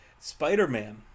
Spider-Man